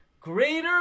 greater